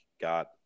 got